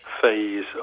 phase